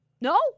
No